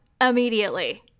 immediately